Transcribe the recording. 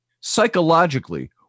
Psychologically